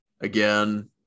again